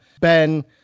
Ben